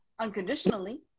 unconditionally